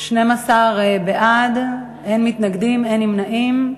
12 בעד, מתנגד אחד, אין נמנעים.